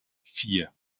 vier